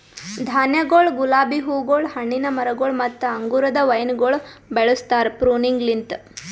ಧಾನ್ಯಗೊಳ್, ಗುಲಾಬಿ ಹೂಗೊಳ್, ಹಣ್ಣಿನ ಮರಗೊಳ್ ಮತ್ತ ಅಂಗುರದ ವೈನಗೊಳ್ ಬೆಳುಸ್ತಾರ್ ಪ್ರೂನಿಂಗಲಿಂತ್